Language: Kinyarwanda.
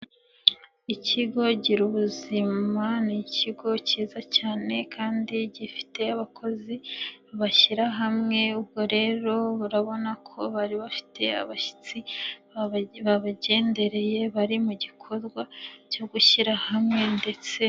Ikigo 'Gira buzima' ni ikigo cyiza cyane kandi gifite abakozi bashyira hamwe. Ubwo rero barabona ko bari bafite abashyitsi bagendereye bari mu gikorwa cyo gushyira hamwe.